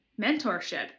mentorship